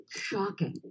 shocking